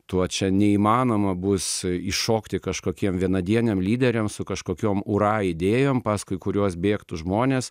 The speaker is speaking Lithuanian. tuo čia neįmanoma bus iššokti kažkokiem vienadieniam lyderiam su kažkokiom ūra idėjom paskui kuriuos bėgtų žmonės